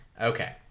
Okay